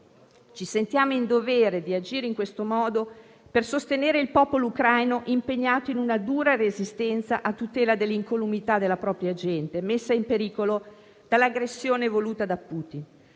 Ci sentiamo in dovere di agire in questo modo per sostenere il popolo ucraino impegnato in una dura resistenza a tutela dell'incolumità della propria gente, messa in pericolo dall'aggressione voluta da Putin;